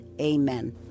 Amen